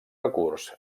recurs